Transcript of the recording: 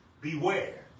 Beware